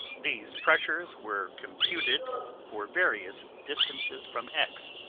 these pressures were computed for various distances from x,